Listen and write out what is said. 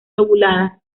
lobuladas